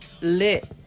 lit